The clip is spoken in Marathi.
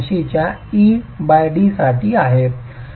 083 च्या ed साठी आहे आणि ते 0